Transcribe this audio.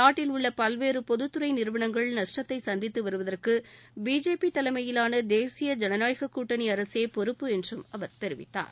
நாட்டில் உள்ள பல்வேறு பொதுத்துறை நிறுவனங்கள் நஷ்டத்தை சந்தித்து வருவதற்கு பி ஜே பி தலைமையிலான தேசிய ஜனநாயக கூட்டணி அரசே பொறுப்பு என்று அவர் தெரிவித்தார்